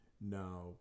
now